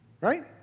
Right